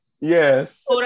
yes